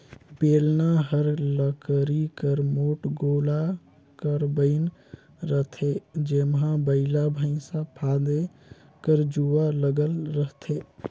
बेलना हर लकरी कर मोट गोला कर बइन रहथे जेम्हा बइला भइसा फादे कर जुवा लगल रहथे